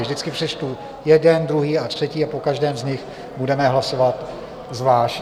Vždycky přečtu jeden, druhý, třetí a o každém z nich budeme hlasovat zvlášť.